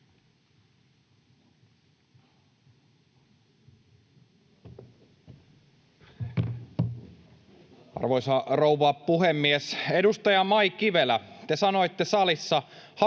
Arvoisa rouva puhemies! Edustaja Maj Kivelä, te sanoitte salissa: